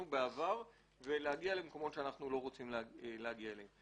בעבר ולהגיע למקומות שאנחנו לא רוצים להגיע אליהם.